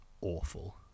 awful